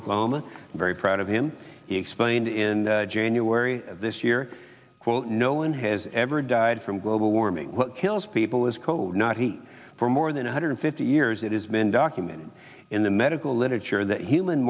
oklahoma very proud of him he explained in january of this year well no one has ever died from global warming what kills people is cold not heat for more than one hundred fifty years it has been documented in the medical literature that human